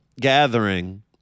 gathering